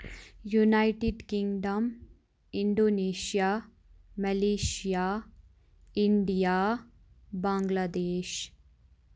United Kingdom Indonesia Malaysia India Bangladesh